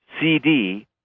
CD